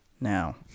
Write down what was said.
now